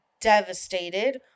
devastated